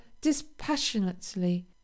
dispassionately